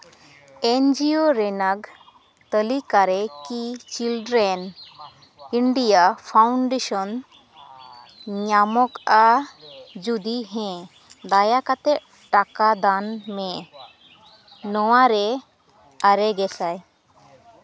NGO ᱨᱮᱱᱟᱜ ᱛᱟᱹᱞᱤᱠᱟ ᱨᱮᱠᱤ ᱪᱟᱭᱤᱞᱰᱞᱟᱭᱤᱱ ᱤᱱᱰᱤᱭᱟ ᱯᱷᱟᱣᱩᱱᱰᱮᱥᱚᱱ ᱧᱟᱢᱚᱜᱼᱟ ᱡᱩᱫᱤ ᱦᱮᱸ ᱫᱟᱭᱟ ᱠᱟᱛᱮᱫ ᱴᱟᱠᱟ ᱫᱟᱱ ᱢᱮ ᱱᱚᱣᱟ ᱨᱮ ᱟᱨᱮ ᱜᱮᱥᱟᱭ